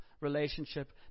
relationship